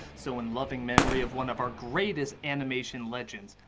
so, in loving memory of one of our greatest animation legends,